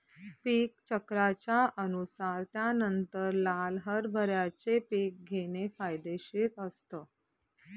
पीक चक्राच्या अनुसार त्यानंतर लाल हरभऱ्याचे पीक घेणे फायदेशीर असतं